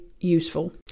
useful